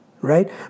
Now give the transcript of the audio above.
right